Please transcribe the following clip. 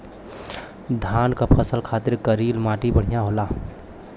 धान के फसल खातिर करील माटी बढ़िया होला